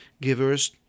givers